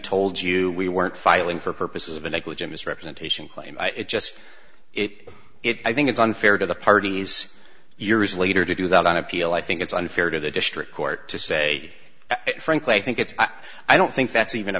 told you we weren't filing for purposes of a negligent misrepresentation claim it just it it i think it's unfair to the parties years later to do that on appeal i think it's unfair to the district court to say frankly i think it's i don't think that's even a